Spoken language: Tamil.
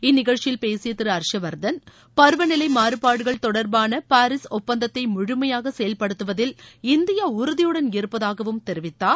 இந்நிகழ்ச்சியில் பேசிய திரு ஹர்ஷ்வர்தன் பருவ நிலை மாறபாடுகள் தொடர்பான பாரிஸ் ஒப்பந்தத்தை முழுமையாக செயல்படுத்துவதில் இந்தியா உறுதியுடன் இருப்பதாகவும் தெரிவித்தார்